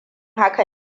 haka